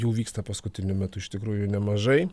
jų vyksta paskutiniu metu iš tikrųjų nemažai